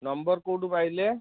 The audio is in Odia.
ନମ୍ବର କେଉଁଠୁ ପାଇଲେ